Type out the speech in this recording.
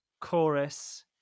chorus